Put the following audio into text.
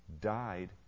died